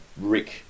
Rick